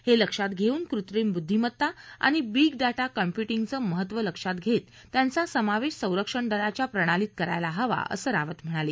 हे लक्षात घेऊन कृत्रिम बुद्दीमत्ता आणि बिग डाटा काँम्प्युटींगचं महत्व लक्षात घेत त्यांचा समावेश संरक्षणदलाच्या प्रणालीत करायला हवा असं रावत म्हणाले